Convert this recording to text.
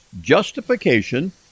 justification